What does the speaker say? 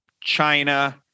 China